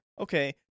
Okay